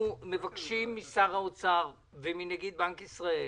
אנחנו מבקשים משר האוצר ומנגיד בנק ישראל